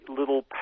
little